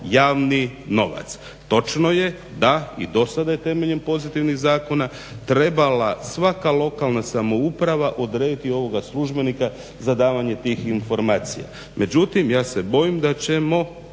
javni novac. Točno je, da i dosada je temeljem pozitivnih zakona trebala svaka lokalna samouprava odrediti ovoga službenika za davanje tih informacija. Međutim, ja se bojim da ćemo